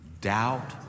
Doubt